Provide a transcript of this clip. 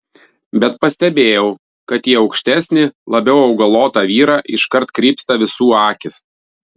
bet pastebėjau kad į aukštesnį labiau augalotą vyrą iškart krypsta visų akys